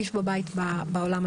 לעמדת שירות ולצרוך את השירותים משם.